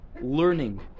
learning